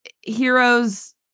heroes